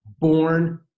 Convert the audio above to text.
Born